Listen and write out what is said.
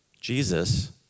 Jesus